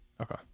Okay